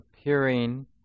appearing